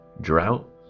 drought